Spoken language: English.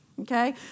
Okay